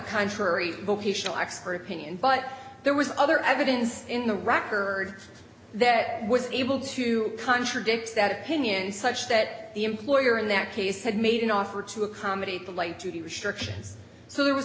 contrary vocational expert opinion but there was other evidence in the record that was able to contradict that opinion such that the employer in that case had made an offer to accommodate the light to the restriction so there was